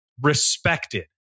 respected